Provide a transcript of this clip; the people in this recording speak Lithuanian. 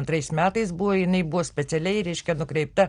antrais metais buvo jinai buvo specialiai reiškia nukreipta